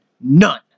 None